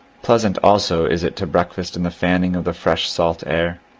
pleasant, also, is it to breakfast in the fanning of the fresh salt air,